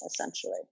essentially